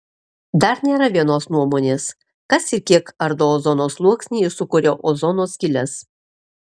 dar nėra vienos nuomonės kas ir kiek ardo ozono sluoksnį ir sukuria ozono skyles